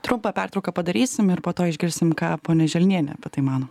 trumpą pertrauką padarysim ir po to išgirsim ką ponia želnienė apie tai mano